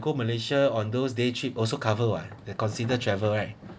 go malaysia on those day cheap also cover [what] they considered travel right